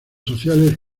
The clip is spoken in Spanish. sociales